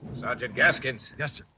sergeant gaskin. yes, sir?